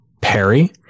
Perry